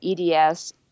EDS